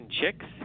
chicks